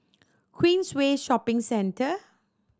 Queensway Shopping Centre